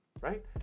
Right